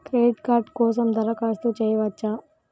Credit card కోసం దరఖాస్తు చేయవచ్చా?